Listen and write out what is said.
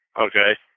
Okay